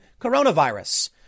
coronavirus